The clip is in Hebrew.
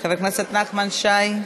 חבר הכנסת נחמן שי.